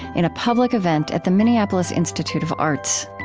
in a public event at the minneapolis institute of arts